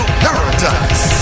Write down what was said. paradise